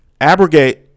Abrogate